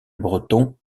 breton